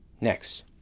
Next